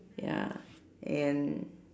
ya and